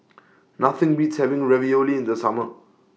Nothing Beats having Ravioli in The Summer